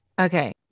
Okay